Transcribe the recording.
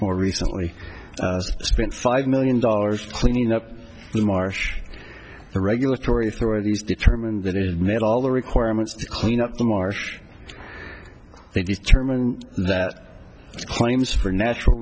more recently spent five million dollars cleaning up the marsh the regulatory authorities determined that it met all the requirements to clean up the marsh they determine that claims for natural